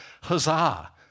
Huzzah